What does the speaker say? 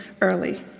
early